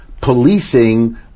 policing